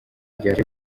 ryaje